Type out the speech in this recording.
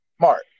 Mark